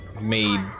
made